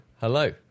Hello